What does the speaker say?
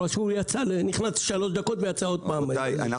את רואה שהוא נכנס לשלוש דקות ויצא עוד פעם לשעה.